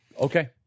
Okay